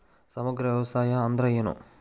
ಸಮಗ್ರ ವ್ಯವಸಾಯ ಅಂದ್ರ ಏನು?